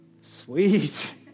Sweet